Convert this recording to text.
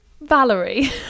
Valerie